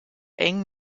eng